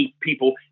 people